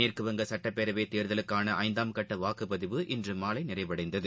மேற்கு வங்க சுட்டப்பேரவைத் தேர்தலுக்கான ஐந்தாம் கட்ட வாக்குப்பதிவு இஇன்று மாலை நிறைவடைந்தது